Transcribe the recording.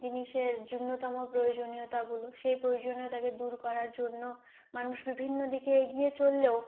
জিনিসের নুন্যতম প্রয়োজনীয়তাগুলো সেই প্রয়োজনীয়তাকে দূর করার জন্য মানুষ বিভিন্ন দিকে এগিয়ে চললেও